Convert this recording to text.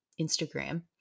Instagram